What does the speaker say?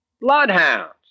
Bloodhounds